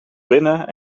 binnen